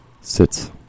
sits